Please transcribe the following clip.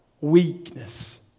weakness